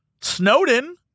Snowden